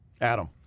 Adam